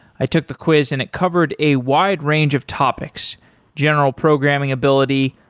i took the quiz and it covered a wide range of topics general programming ability,